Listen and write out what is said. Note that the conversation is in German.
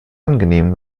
angenehm